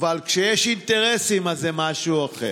אבל כשיש אינטרסים אז זה משהו אחר.